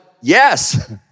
Yes